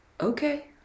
okay